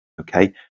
okay